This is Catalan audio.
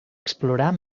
explorar